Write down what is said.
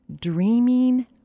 dreaming